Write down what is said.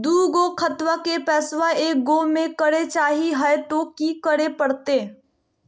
दू गो खतवा के पैसवा ए गो मे करे चाही हय तो कि करे परते?